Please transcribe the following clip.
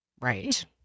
Right